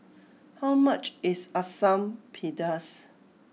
how much is Asam Pedas